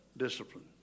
discipline